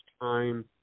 time